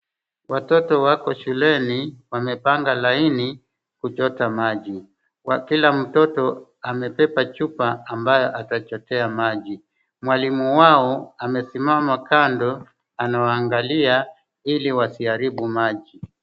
Watoto wako shuleni, wamepanga laini kuchota maji. Kwa kila mtoto amebeba chupa ambayo atabebe maji. Mwalimu wao ame